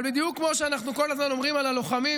אבל בדיוק כמו שאנחנו כל הזמן אומרים על הלוחמים,